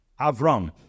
Avram